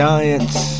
Giants